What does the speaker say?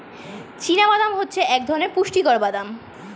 চীনা বাদাম হচ্ছে এক ধরণের পুষ্টিকর বাদাম